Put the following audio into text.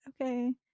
okay